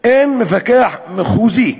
אין מפקח מחוזי,